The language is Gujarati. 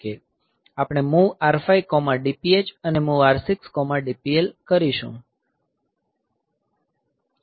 આપણે MOV R5 DPH અને MOV R6DPL કરીશું